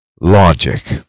logic